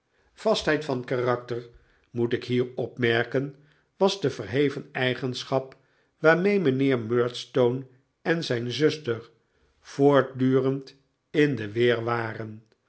vastheid van karakter moet ik hier opmerken was de verheven eigenschap waarmee mijnheer murdstone en zijn zuster voortdurend in de weer waren